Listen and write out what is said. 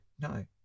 no